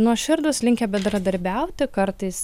nuoširdūs linkę bendradarbiauti kartais